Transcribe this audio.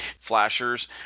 flashers